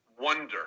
wonder